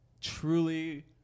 truly